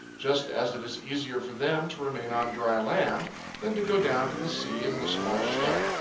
just as it is easier for them to remain on dry land than to go down to the sea in the small ship.